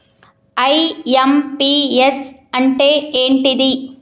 IMPS అంటే ఏంటిది?